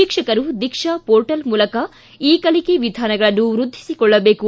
ಶಿಕ್ಷಕರು ದೀಕ್ಷಾ ಮೋರ್ಟಲ್ ಮೂಲಕ ಇ ಕಲಿಕೆ ವಿಧಾನಗಳನ್ನು ವ್ಯದ್ಧಿಸಿಕೊಳ್ಳಬೇಕು